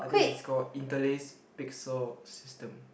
I think is called interlace pixel system